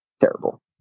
terrible